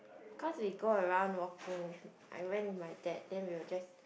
cause they go around walking with I went with dad then we will just